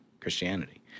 Christianity